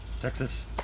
Texas